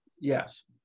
Yes